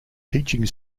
teaching